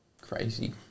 crazy